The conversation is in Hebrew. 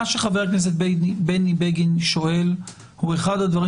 מה שחבר הכנסת בני בגין שואל הוא אחד הדברים